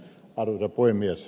arvoisa puhemies